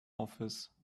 office